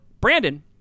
Brandon